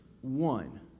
One